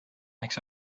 makes